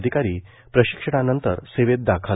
अधिकारी प्रशिक्षणानानंतर सेवेत दाखल